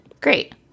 Great